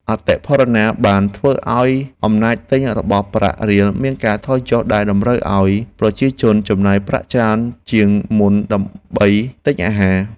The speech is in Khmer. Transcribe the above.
អតិផរណាបានធ្វើឱ្យអំណាចទិញរបស់ប្រាក់រៀលមានការថយចុះដែលតម្រូវឱ្យប្រជាជនចំណាយប្រាក់ច្រើនជាងមុនដើម្បីទិញអាហារ។